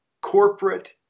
corporate